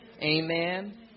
Amen